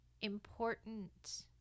important